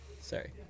Sorry